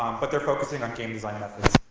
but they're focusing on game design methods.